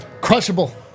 Crushable